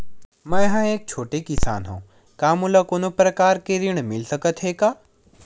मै ह एक छोटे किसान हंव का मोला कोनो प्रकार के ऋण मिल सकत हे का?